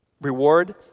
reward